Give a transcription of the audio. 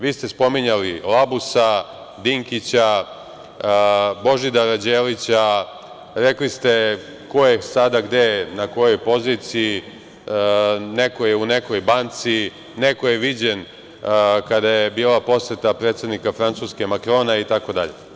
Vi ste spominjali Labusa, Dinkića, Božidara Đelića, rekli ste ko je sada gde, na kojoj poziciji, neko je u nekoj banci, neko je viđen kada je bila poseta predsednika Francuske, Makrona itd.